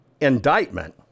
indictment